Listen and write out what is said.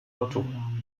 lotto